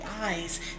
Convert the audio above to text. eyes